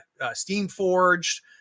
Steamforged